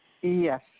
Yes